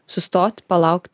sustot palaukt